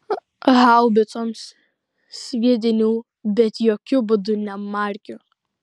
haubicoms sviedinių bet jokiu būdu ne markių